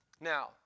Now